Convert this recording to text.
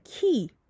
key